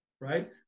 right